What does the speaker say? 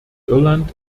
irland